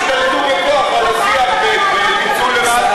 ואל תשתלטו בכוח על השיח בניצול לרעה של התקנון.